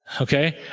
Okay